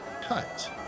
cut